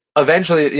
eventually,